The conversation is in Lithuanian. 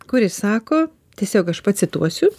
kuri sako tiesiog aš pacituosiu